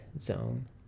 zone